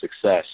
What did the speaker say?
success